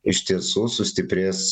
iš tiesų sustiprės